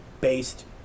Based